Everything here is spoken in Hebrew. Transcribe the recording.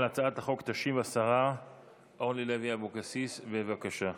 על הצעת החוק תשיב השרה אורלי לוי אבקסיס, בבקשה.